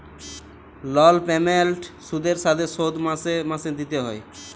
লল পেমেল্ট সুদের সাথে শোধ মাসে মাসে দিতে হ্যয়